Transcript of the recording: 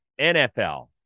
NFL